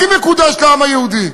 במקום הכי מקודש לעם היהודי?